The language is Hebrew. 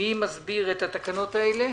מי מסביר את התקנות האלה?